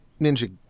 Ninja